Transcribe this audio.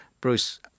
Bruce